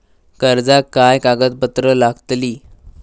कर्जाक काय कागदपत्र लागतली?